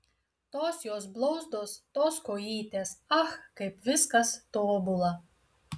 tos jos blauzdos tos kojytės ach kaip viskas tobula